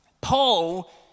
Paul